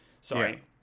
Sorry